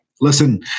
listen